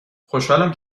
خوشحالم